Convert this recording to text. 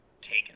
taken